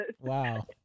wow